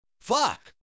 Fuck